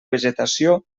vegetació